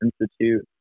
Institute